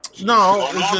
No